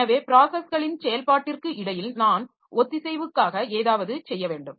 எனவே ப்ராஸஸ்களின் செயல்பாட்டிற்கு இடையில் நான் ஒத்திசைவுக்காக ஏதாவது செய்ய வேண்டும்